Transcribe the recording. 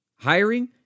Hiring